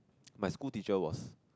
my school teacher was